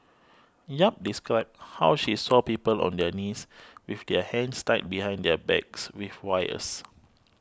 Yap described how she saw people on their knees with their hands tied behind their backs with wires